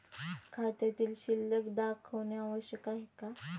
खात्यातील शिल्लक दाखवणे आवश्यक आहे का?